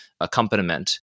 accompaniment